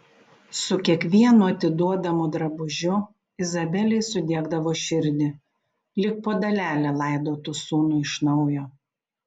su kiekvienu atiduodamu drabužiu izabelei sudiegdavo širdį lyg po dalelę laidotų sūnų iš naujo